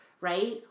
right